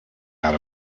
out